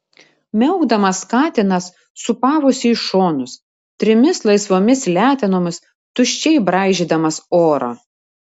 miaukdamas katinas sūpavosi į šonus trimis laisvomis letenomis tuščiai braižydamas orą